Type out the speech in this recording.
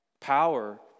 power